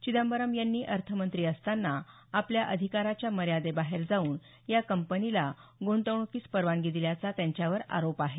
चिदंबरम यांनी अर्थमंत्री असताना आपल्या अधिकाराच्या मर्यादेबाहेर जाऊन या कंपनीला गुंतवणुकीस परवानगी दिल्याचा त्यांच्यावर आरोप आहे